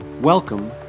Welcome